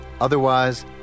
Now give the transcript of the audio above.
Otherwise